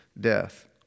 death